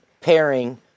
pairing